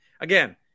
again